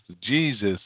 Jesus